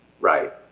Right